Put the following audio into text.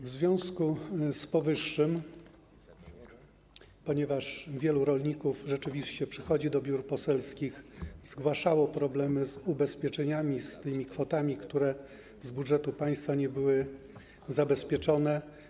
W związku z powyższym wielu rolników, ponieważ rzeczywiście przychodzili do biur poselskich, zgłaszało problemy z ubezpieczeniami, z tymi kwotami, które z budżetu państwa nie były zabezpieczone.